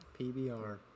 PBR